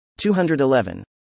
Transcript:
211